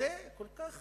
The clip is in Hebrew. כל כך